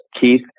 Keith